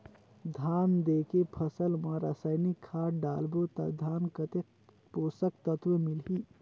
धान देंके फसल मा रसायनिक खाद डालबो ता धान कतेक पोषक तत्व मिलही?